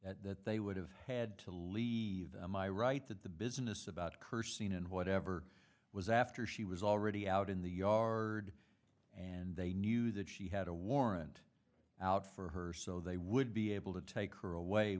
that that they would have had to leave my right that the business about cursing and whatever was after she was already out in the yard and they knew that she had a warrant out for her so they would be able to take her away